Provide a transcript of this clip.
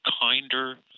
kinder